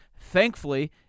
Thankfully